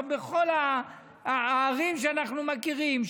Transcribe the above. בכל הערים שאנחנו מכירים,